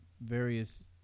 various